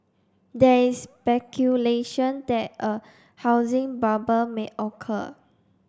there is speculation that a housing bubble may occur